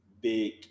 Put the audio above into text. big